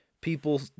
people